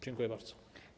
Dziękuję bardzo.